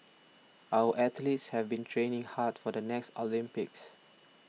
our athletes have been training hard for the next Olympics